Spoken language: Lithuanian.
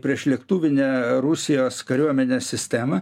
priešlėktuvinę rusijos kariuomenės sistemą